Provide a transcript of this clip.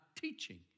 teaching